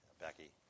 Becky